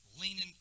leaning